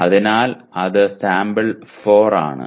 അതിനാൽ അത് സാമ്പിൾ 4 ആണ്